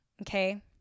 Okay